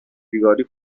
بیگاری